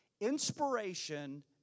inspiration